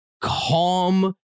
calm